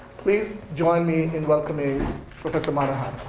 please join me in welcoming professor monohan.